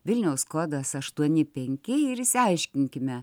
vilniaus kodas aštuoni penki ir išsiaiškinkime